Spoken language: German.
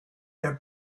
der